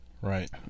Right